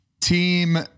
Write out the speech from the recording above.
team